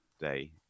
Day